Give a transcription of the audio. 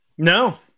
no